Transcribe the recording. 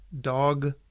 Dog